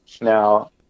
now